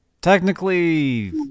Technically